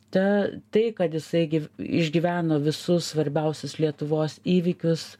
ta tai kad jisai gi išgyveno visus svarbiausius lietuvos įvykius